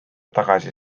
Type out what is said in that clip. tagasi